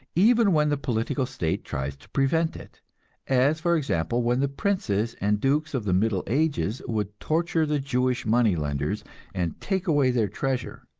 even when the political state tries to prevent it as, for example, when the princes and dukes of the middle ages would torture the jewish money-lenders and take away their treasure,